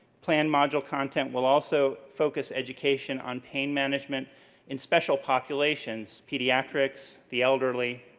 plan module content will also focus education on pain management in special populations pediatrics, the elderly,